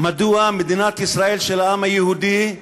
מדוע מדינת ישראל, של העם היהודי,